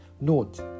Note